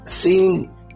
seeing